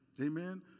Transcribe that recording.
Amen